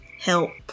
Help